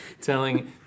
Telling